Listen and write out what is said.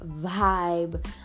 vibe